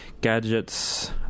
gadgets